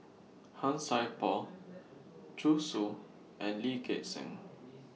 Han Sai Por Zhu Xu and Lee Gek Seng